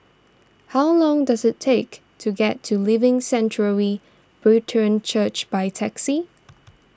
how long does it take to get to Living Sanctuary Brethren Church by taxi